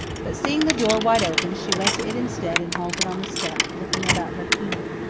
but, seeing the door wide open, she went to it instead and halted on the step, looking about her keenly.